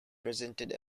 presented